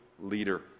leader